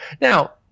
Now